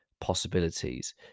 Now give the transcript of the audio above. possibilities